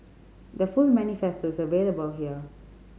the full manifesto is available here